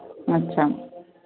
అచ్చా